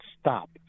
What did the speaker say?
stop